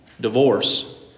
divorce